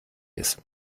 ist